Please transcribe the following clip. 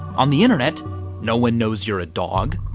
on the internet no one knows you're a dog.